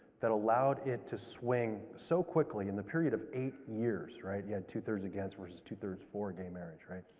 that allowed it to swing so quickly in the period of eight years, right? you had two-thirds against, versus two-thirds for, gay marriage right?